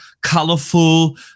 colorful